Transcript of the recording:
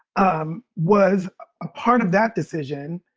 um was a part of that decision.